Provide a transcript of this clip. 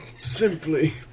Simply